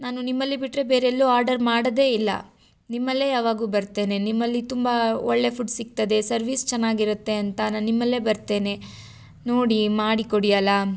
ನಾನು ನಿಮ್ಮಲ್ಲಿ ಬಿಟ್ಟರೆ ಬೇರೆ ಎಲ್ಲೂ ಆರ್ಡರ್ ಮಾಡೋದೆ ಇಲ್ಲ ನಿಮ್ಮಲ್ಲೇ ಯಾವಾಗ್ಲು ಬರ್ತೇನೆ ನಿಮ್ಮಲ್ಲಿ ತುಂಬ ಒಳ್ಳೆಯ ಫುಡ್ ಸಿಗ್ತದೆ ಸರ್ವಿಸ್ ಚೆನ್ನಾಗಿ ಇರುತ್ತೆ ಅಂತ ನಾನು ನಿಮ್ಮಲ್ಲೇ ಬರ್ತೇನೆ ನೋಡಿ ಮಾಡಿ ಕೊಡಿ ಅಲ್ಲ